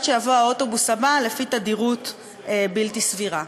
שיבוא האוטובוס הבא לפי תדירות בלתי סבירה.